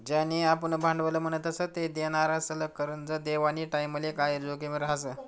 ज्याले आपुन भांडवल म्हणतस ते देनारासले करजं देवानी टाईमले काय जोखीम रहास